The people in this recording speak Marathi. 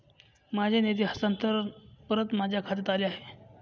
माझे निधी हस्तांतरण परत माझ्या खात्यात आले आहे